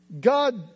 God